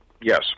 Yes